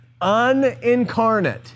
unincarnate